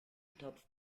topf